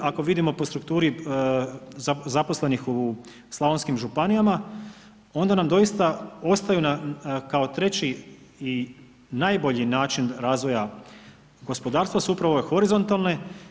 Ako vidimo po strukturi zaposlenih u slavonskim županijama onda nam doista ostaju kao treći i najbolji način razvoja gospodarstva su upravo ove horizontalne.